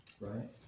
right